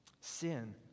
Sin